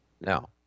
Now